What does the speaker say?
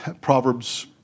Proverbs